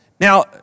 Now